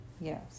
Yes